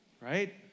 Right